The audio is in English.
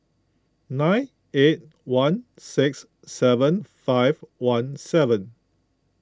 nine eight one six seven five one seven